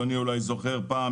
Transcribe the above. אדוני אולי זוכר שפעם